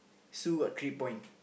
Sue got three point